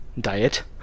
diet